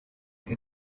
que